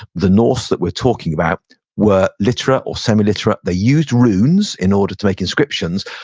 the norse that we're talking about were literate or semi-literate. they used runes in order to make inscriptions,